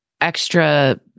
extra